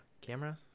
Camera